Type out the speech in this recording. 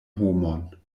homon